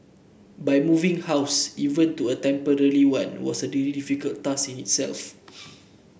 but moving house even to a temporary one was a really difficult task in itself